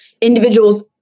individuals